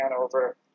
over